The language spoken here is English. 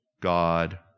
God